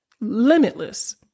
limitless